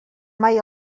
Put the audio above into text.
mai